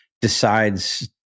decides